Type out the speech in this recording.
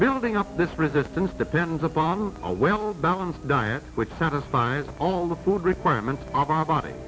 building up this resistance depends upon a well balanced diet which satisfies all the food requirements of our body